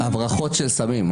הברחות של סמים.